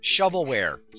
shovelware